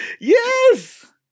Yes